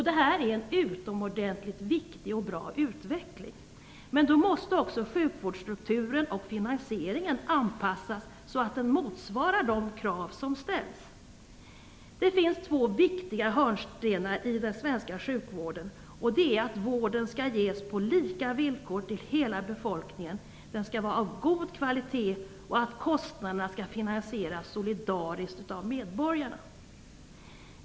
Detta är en utomordentligt viktig och bra utveckling. Men då måste också sjukvårdsstrukturen och finansieringen anpassas så att den motsvarar de krav som ställs. Det finns två viktiga hörnstenar i den svenska sjukvården. Det är att vården skall ges på lika villkor till hela befolkningen och vara av god kvalitet, samt att kostnaderna skall finansieras solidariskt av medborgarna.